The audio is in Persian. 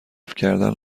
کردن